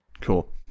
Cool